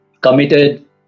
committed